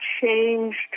changed